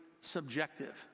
subjective